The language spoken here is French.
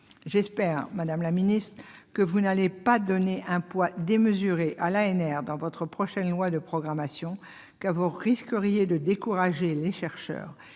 J'espère, madame la ministre, que vous n'allez pas donner un poids démesuré à l'ANR dans votre prochaine loi de programmation, car vous risqueriez de décourager les chercheurs.